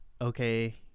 okay